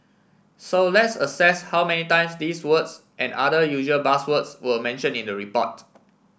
so let's assess how many times these words and other usual buzzwords were mention in the report